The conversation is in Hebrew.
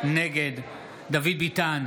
נגד דוד ביטן,